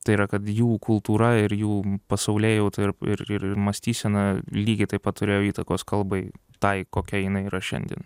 tai yra kad jų kultūra ir jų pasaulėjauta ir ir ir mąstysena lygiai taip pat turėjo įtakos kalbai tai kokia jinai yra šiandien